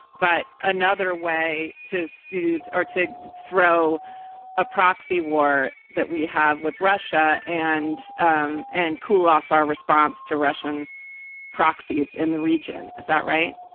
but another way to soothe or to throw a proxy war that we have with russia and um and cool off our response to russian proxies in the region. is that right?